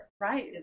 right